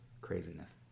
craziness